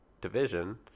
division